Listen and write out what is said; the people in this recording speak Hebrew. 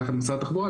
ביחד עם משרד התחבורה,